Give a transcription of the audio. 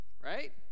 Right